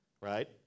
right